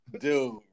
Dude